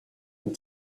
and